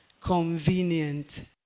convenient